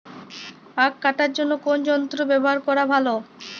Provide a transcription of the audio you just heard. আঁখ কাটার জন্য কোন যন্ত্র ব্যাবহার করা ভালো?